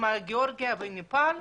עם גיאורגיה ונפאל,